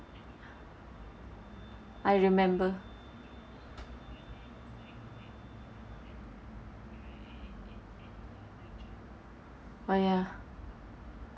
I remember oh ya